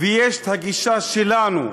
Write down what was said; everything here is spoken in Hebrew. ויש את הגישה שלנו,